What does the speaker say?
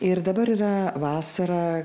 ir dabar yra vasara